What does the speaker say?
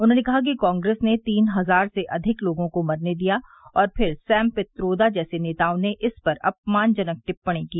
उन्होंने कहा कि कांग्रेस ने तीन हजार से अधिक लोगों को मरने दिया और फिर सैम पित्रोदा जैसे नेताओं ने इस पर अपमानजनक टिप्पणी की